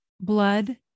blood